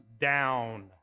down